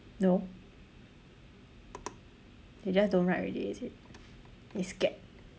no they just don't write already is it they scared